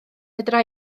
fedra